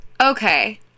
Okay